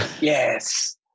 yes